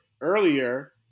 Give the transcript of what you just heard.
earlier